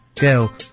girl